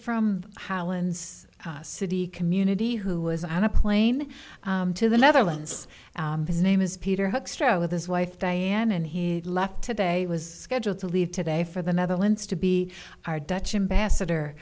from howland's city community who was on a plane to the netherlands his name is peter hoekstra with his wife diane and he left today was scheduled to leave today for the netherlands to be our dutch ambassador